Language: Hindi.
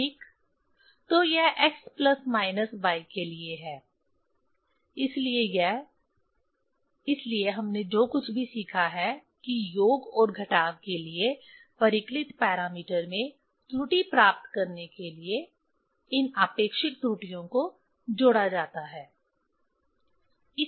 तो यह x प्लस माइनस y के लिए है इसलिए यह इसलिए हमने जो कुछ भी सीखा है कि योग और घटाव के लिए परिकलित पैरामीटर में त्रुटि प्राप्त करने के लिए इन आपेक्षिक त्रुटियों को जोड़ा जाता है